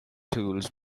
tools